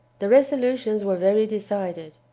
the resolutions were very decided.